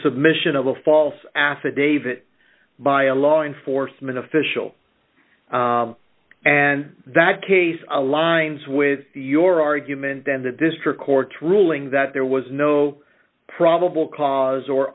submission of a false affidavit by a law enforcement official and that case aligns with your argument then the district court ruling that there was no probable cause or